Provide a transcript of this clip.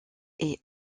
est